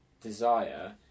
desire